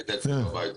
היית אצלי בבית פעם,